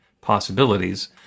possibilities